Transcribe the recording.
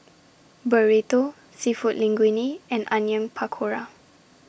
Burrito Seafood Linguine and Onion Pakora